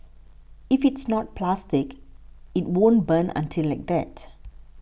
if it's not plastic it won't burn until like that